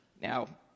Now